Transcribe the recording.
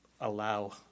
allow